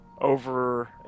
over